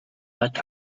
but